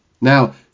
Now